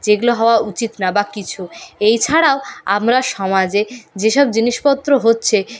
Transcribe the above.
যেগুলো হওয়া উচিত না বা কিছু এই ছাড়াও আমরা সমাজে যেসব জিনিসপত্র হচ্ছে